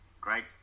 Great